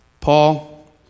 Paul